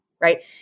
right